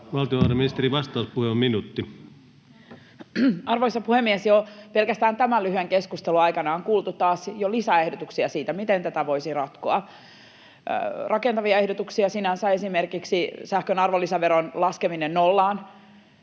täydentämisestä Time: 11:39 Content: Arvoisa puhemies! Jo pelkästään tämän lyhyen keskustelun aikana on kuultu taas jo lisää ehdotuksia siitä, miten tätä voisi ratkoa — rakentavia ehdotuksia sinänsä, esimerkiksi sähkön arvolisäveron laskeminen nollaan